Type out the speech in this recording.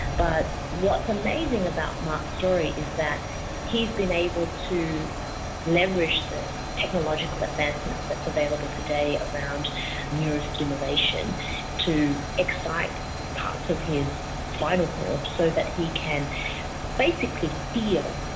but what's amazing about mark's story is that he's been able to leverage the technological advancement that's available today around neuro-stimulation to excite parts of his spinal cord so that he can basically feel,